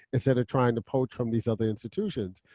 instead of trying to poach from these other institutions.